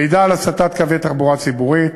מידע על הסטת קווי תחבורה ציבורית,